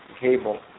cable